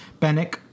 bennick